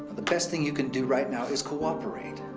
the best thing you can do right now is cooperate.